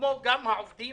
כמו גם העובדים